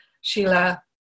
Sheila